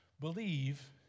believe